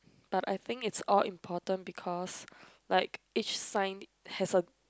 but I think it's all important because like each sign has a